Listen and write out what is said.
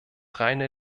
reine